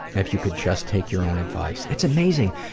if you could just take your own advice, it's amazing,